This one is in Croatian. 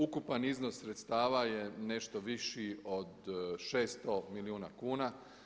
Ukupan iznos sredstava je nešto viši od 600 milijuna kuna.